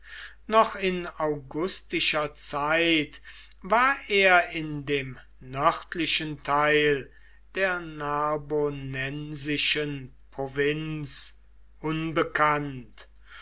noch in augustischer zeit war er in dem nördlichen teil der narbonensischen provinz